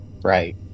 right